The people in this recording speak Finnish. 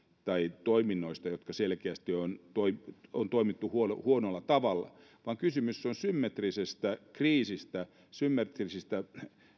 tai toiminnoista missä selkeästi on toimittu huonolla huonolla tavalla vaan kysymys on symmetrisestä kriisistä symmetrisistä